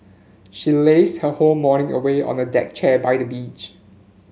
she lazed her whole morning away on a deck chair by the beach